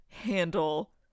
handle